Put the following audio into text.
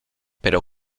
pero